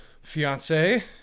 fiance